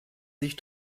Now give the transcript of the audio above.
sich